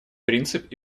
принцип